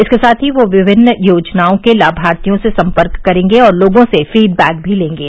इसके साथ ही वे विभिन्न योजनाओं के लाभार्थियों से सम्पर्क करेंगे और लोगों से फीड बैक भी लेंगे